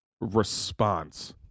Response